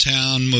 Town